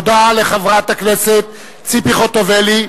תודה לחברת הכנסת ציפי חוטובלי.